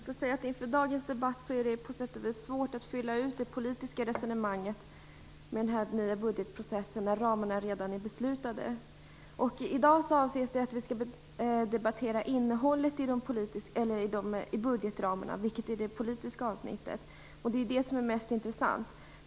Herr talman! Inför dagens debatt är det på sätt och vis svårt att fylla ut det politiska resonemanget med den här nya budgetprocessen när ramarna redan är beslutade. I dag avses att vi skall debattera innehållet i budgetramarna. Det är det politiska avsnittet, och det är det som är mest intressant.